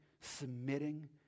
submitting